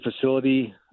facility